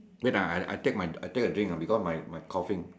wait ah I I take my I take a drink ah because my my coughing